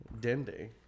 Dende